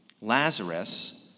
Lazarus